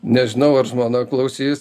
nežinau ar žmona klausys